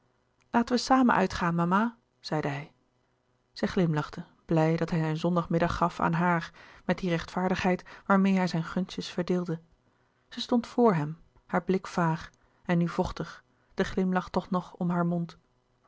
laten wij samen uitgaan mama zeide hij zij glimlachte blij dat hij zijn zondagmiddag gaf aan haar met die rechtvaardigheid waarlouis couperus de boeken der kleine zielen meê hij zijn gunstjes verdeelde zij stond voor hem haar blik vaag en nu vochtig de glimlach toch nog om haar mond